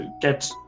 Get